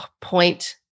point